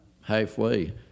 halfway